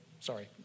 Sorry